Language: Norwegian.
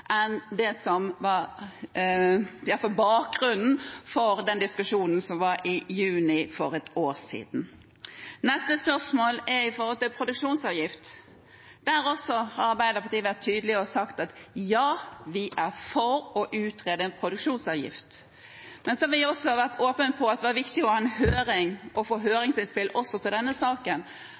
enn det som var bakgrunnen for diskusjonen i juni for ett år siden. Neste spørsmål gjaldt produksjonsavgift. Der har Arbeiderpartiet vært tydelig og sagt ja, vi er for å utrede en produksjonsavgift. Men som vi også har vært åpne på, var det viktig å ha en høring og få høringsinnspill i denne saken.